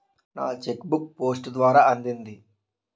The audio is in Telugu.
నా చెక్ బుక్ పోస్ట్ ద్వారా అందింది